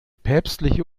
päpstliche